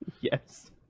Yes